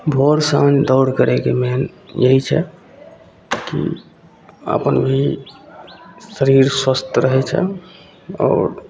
भोर साँझ दौड़ करैके मेन यही छै हुँ अपन भी शरीर स्वस्थ रहै छै आओर